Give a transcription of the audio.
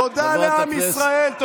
תודה לעם ישראל.